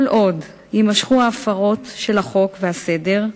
כל עוד יימשכו ההפרות של החוק והסדר,